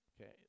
Okay